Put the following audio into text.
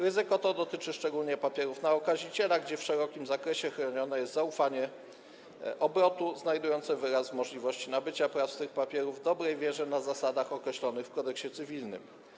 Ryzyko to dotyczy szczególnie papierów na okaziciela, w przypadku których w szerokim zakresie chronione jest zaufanie obrotu znajdujące wyraz w możliwości nabycia praw z tych papierów w dobrej wierze, na zasadach określonych w Kodeksie cywilnym.